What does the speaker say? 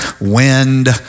wind